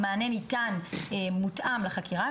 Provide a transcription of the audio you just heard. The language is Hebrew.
המענה ניתן מותאם לחקירה,